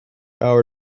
hour